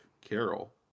Carol